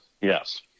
Yes